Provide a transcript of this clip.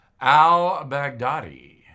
al-Baghdadi